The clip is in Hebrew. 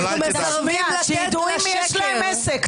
אנחנו מסרבים לתת לשקר --- שיידעו עם מי יש להם עסק.